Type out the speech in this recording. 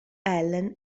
ellen